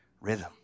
rhythm